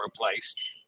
replaced